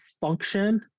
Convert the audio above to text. function